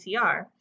PCR